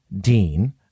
Dean